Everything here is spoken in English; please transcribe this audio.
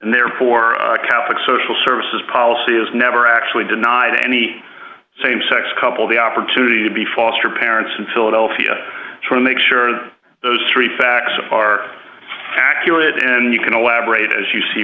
and therefore catholic social services policy is never actually denied any same sex couple the opportunity to be foster parents in philadelphia to make sure that those three facts are accurate and you can elaborate as you see